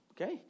Okay